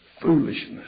foolishness